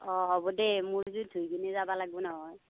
অঁ হ'ব দে মোৰ জুই ধুই পিনি যাব লাগিব নহয়